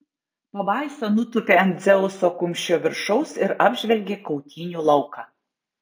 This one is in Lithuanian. pabaisa nutūpė ant dzeuso kumščio viršaus ir apžvelgė kautynių lauką